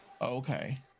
Okay